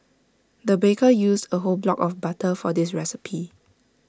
the baker used A whole block of butter for this recipe